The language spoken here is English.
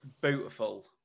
beautiful